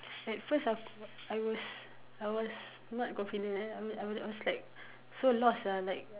at first of I was I was not confident then I was I was like so lost sia like